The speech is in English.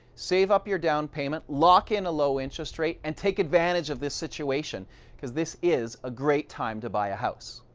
save up your downpayment, lock in a low interest rate and take advantage of this situation because this is a great time to buy a house.